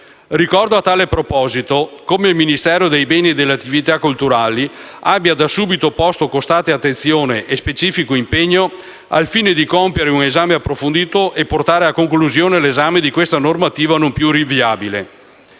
Ricordo, a tale proposito, come il Ministero dei beni e delle attività culturali abbia da subito posto costante attenzione e specifico impegno al fine di compiere un esame approfondito e portare a conclusione la valutazione di questa normativa non più rinviabile.